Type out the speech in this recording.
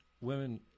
women